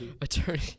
attorney